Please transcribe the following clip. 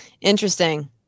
Interesting